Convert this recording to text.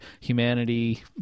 humanity